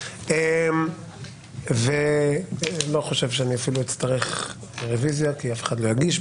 אני לא חושב שאני אצטרך רוויזיה כי אף אחד לא יגיש,